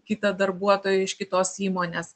kitą darbuotoją iš kitos įmonės